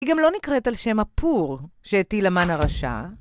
היא גם לא נקראת על שם הפור, שהטיל המן הרשע.